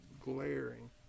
glaring